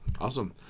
awesome